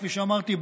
כפי שאמרתי,